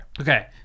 Okay